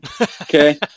Okay